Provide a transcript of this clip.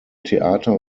theater